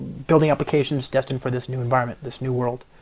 building applications destined for this new environment, this new world.